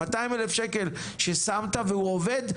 200,000 ששמת והוא עובד,